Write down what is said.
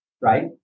right